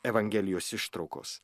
evangelijos ištraukos